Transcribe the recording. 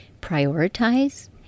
prioritize